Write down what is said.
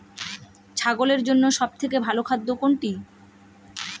ছাগলের জন্য সব থেকে ভালো খাদ্য কোনটি?